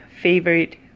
favorite